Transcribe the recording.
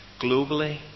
Globally